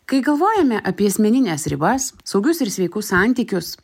kai galvojame apie asmenines ribas saugius ir sveikus santykius